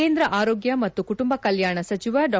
ಕೇಂದ್ರ ಆರೋಗ್ಗ ಮತ್ತು ಕುಟುಂಬ ಕಲ್ಯಾಣ ಸಚಿವ ಡಾ